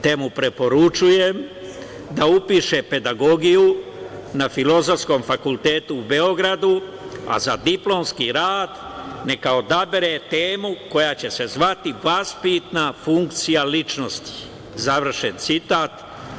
Te mu preporučujem da upiše pedagogiju na Filozofskom fakultetu u Beogradu, a za diplomski rad neka odabere temu koja će se zvati - vaspitana funkcija ličnosti, završen citat.